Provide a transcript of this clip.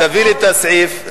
תביאי לי את הסעיף,